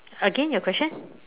again your question